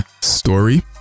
story